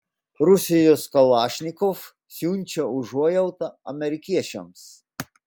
rusijos kalašnikov siunčia užuojautą amerikiečiams